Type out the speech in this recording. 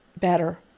better